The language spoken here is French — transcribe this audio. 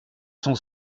son